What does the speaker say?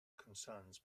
concerns